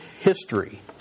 history